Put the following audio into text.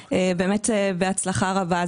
המינוי בהצלחה רבה.